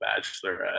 bachelorette